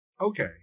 Okay